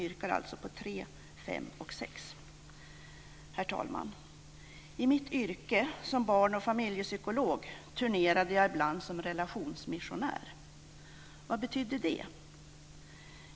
Herr talman! I mitt yrke som barn och familjepsykolog turnerade jag ibland som relationsmissionär. Vad betyder det?